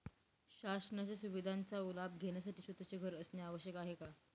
शासनाच्या सुविधांचा लाभ घेण्यासाठी स्वतःचे घर असणे आवश्यक आहे का?